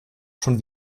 schon